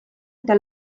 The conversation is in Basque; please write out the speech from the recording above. eta